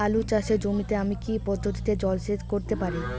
আলু চাষে জমিতে আমি কী পদ্ধতিতে জলসেচ করতে পারি?